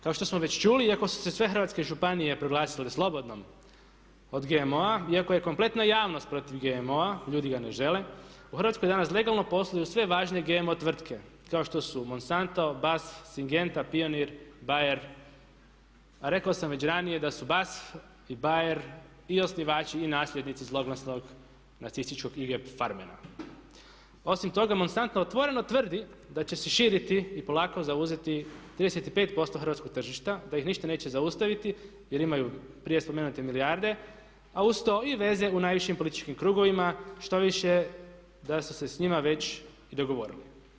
Kao što smo već čuli, iako su se sve hrvatske županije proglasile slobodnom od GMO-a, iako je kompletna javnost protiv GMO-a, ljudi ga ne žele, u Hrvatskoj danas legalno posluju sve važnije GMO tvrtke kao što su Monsanto, Bas, Syngenta, Pioneer, Bayer a rekao sam već ranije da su Bas i Bayer i osnivači i nasljednici zloglasnog nacističkog … Osim toga Monsanto otvoreno tvrdi da će se širiti i polako zauzeti 35% hrvatskog tržišta, da ih ništa neće zaustaviti jer imaju prije spomenute milijarde a uz to i veze u najvišim političkim krugovima, štoviše da su se s njima već i dogovorili.